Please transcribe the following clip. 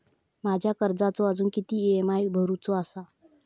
माझ्या कर्जाचो अजून किती ई.एम.आय भरूचो असा?